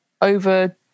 over